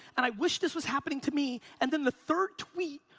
and i wish this was happening to me, and then the third tweet,